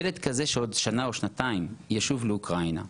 ילד כזה שבעוד שנתיים ישוב לאוקראינה,